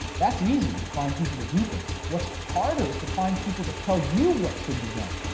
that's easy, to find people to do things. what's harder is to find people to tell you what should be done,